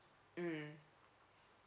um